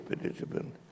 participant